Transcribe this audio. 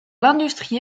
l’industrie